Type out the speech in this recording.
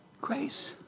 grace